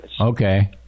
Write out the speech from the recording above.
Okay